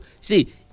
see